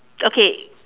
okay